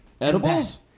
Edibles